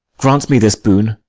grant me this boon.